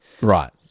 Right